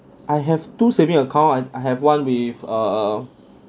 I have two saving account I I have one with err